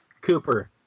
Cooper